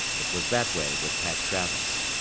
it was that way with pat travis.